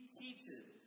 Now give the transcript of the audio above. teaches